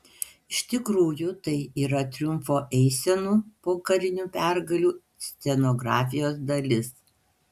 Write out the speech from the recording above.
iš tikrųjų tai yra triumfo eisenų po karinių pergalių scenografijos dalis